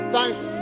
Thanks